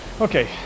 okay